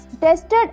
tested